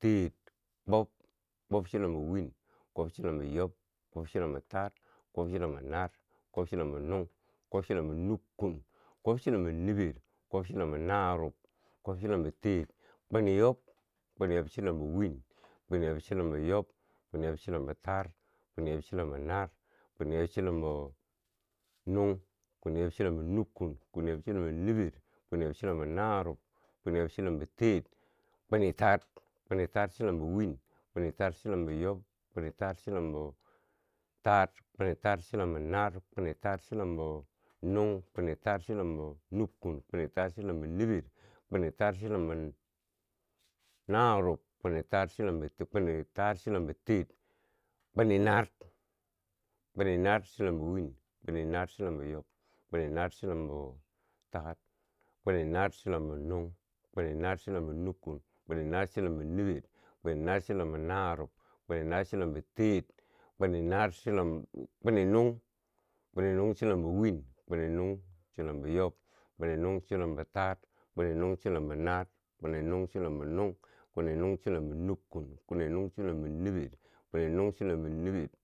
teer, kwob, kwob chilombo win, kwob chilombo yob, kwob chilombo taar, kwob chilombo naar, kwob chilombo nuung, kwob chilombo nukkun, kwob chilombo niber, kwob chilom narob, kwob chilombo teer, kwini yob, kwini yob chilombo win, kwini yob chilombo yob, kwini yob chilombo taar, kwini yob chilombo naar, kwini yob chilombo nuung, kwini yob chilombo nukkun, kwini yob chilombo niber, kwini yob chilombo narob kwini yob chilombo teer, kwini taar, kwini taar chilombo win, kwini taar chilombo yob, kwini taar chilombo taar, kwini taar chilombo naar, kwini taar chilombo nuung, kwini taar chilombo nukkun, kwini taar chilombo niber, kwini taar chilombo narob, kwini taar chilombo teer, kwini naar, kwini naar chilombo win, kwini naar chilombo yob, kwini naar chilombo taar, kwini naar chilombo nuung, kwini naar chilombo nukkun, kwini naar chilombo niber, kwini naar chilombo narob, kwini naar chilombo teer, kwini nuung, kwini nuung chilombo win, kwini nuung chilombo yob, kwini nuung chilombo taar, kwini nuung chilombo naar, kwini nuung chilombo nuung, kwini nuung chilombo nukkun, kwini nuung chilombo niber, kwini nuung chilombo niber.